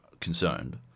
concerned